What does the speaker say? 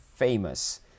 famous